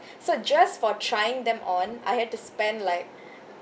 so just for trying them on I had to spend like